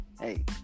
Hey